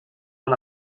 una